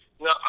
No